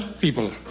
people